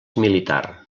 militar